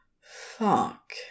Fuck